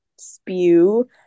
spew